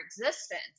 existence